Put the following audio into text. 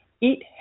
Eat